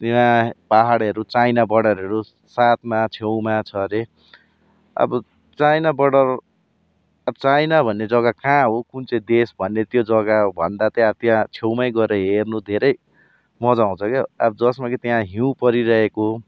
त्यहाँ पाहाडहरू चाइना बोर्डरहरू साँधमा छेउमा छ हरे अब चाइना बोर्डर अब चाइना भन्ने जग्गा कहाँ हो कुन चाहिँ देश भन्ने त्यो जग्गा भन्दा चाहिँ त्यहाँ छेउमै गएर हेर्नु धेरै मज्जा आउँछ क्या जसमा कि त्यहाँ हिँउ परिरहेको